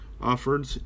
offered